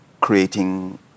creating